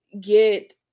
get